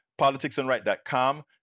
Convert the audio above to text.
Politicsandright.com